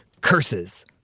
Curses